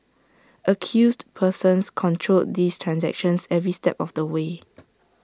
accused persons controlled these transactions every step of the way